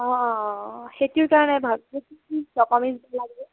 অঁ সেইটোৰ কাৰণে ভাবি